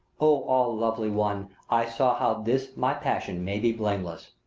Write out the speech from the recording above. o all lovely one, i saw how this my passion may be blameless,